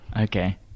Okay